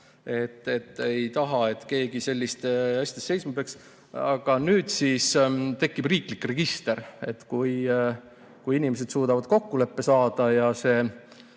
Ei taha, et keegi selliste asjade ees seisma peaks. Aga nüüd siis tekib riiklik register, et kui inimesed suudavad kokkuleppe saada ja see